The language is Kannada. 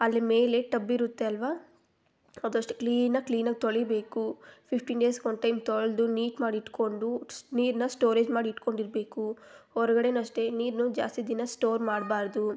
ಅಲ್ಲಿ ಮೇಲೆ ಟಬ್ ಇರುತ್ತೆ ಅಲ್ವ ಅದು ಅಷ್ಟೆ ಕ್ಲೀನಾಗಿ ಕ್ಲೀನಾಗಿ ತೊಳಿಬೇಕು ಫಿಫ್ಟೀನ್ ಡೇಸ್ಗೆ ಒನ್ ಟೈಮ್ ತೊಳೆದು ನೀಟ್ ಮಾಡಿಟ್ಕೊಂಡು ನೀರನ್ನ ಸ್ಟೋರೇಜ್ ಮಾಡಿಟ್ಕೊಂಡಿರಬೇಕು ಹೊರ್ಗಡೆನು ಅಷ್ಟೆ ನೀರನ್ನು ಜಾಸ್ತಿ ದಿನ ಸ್ಟೋರ್ ಮಾಡಬಾರ್ದು